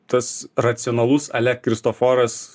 tas racionalus ale kristoforas